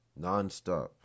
nonstop